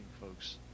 folks